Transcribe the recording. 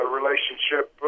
relationship